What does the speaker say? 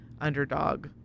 underdog